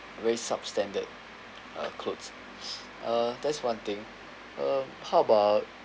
very substandard uh clothes uh that's one thing uh how about